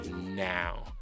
now